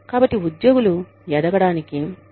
కాబట్టి ఉద్యోగులు ఎదగడానికి ఇష్టపడతారు